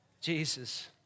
Jesus